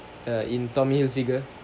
err in tommy hilfiger